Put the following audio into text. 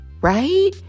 right